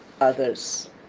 others